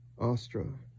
Astra